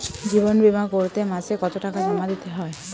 জীবন বিমা করতে মাসে কতো টাকা জমা দিতে হয়?